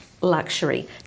luxury